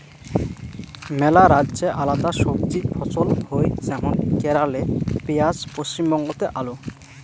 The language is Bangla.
মেলা রাজ্যে আলাদা সবজি ফছল হই যেমন কেরালে পেঁয়াজ, পশ্চিমবঙ্গতে আলু